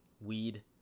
weed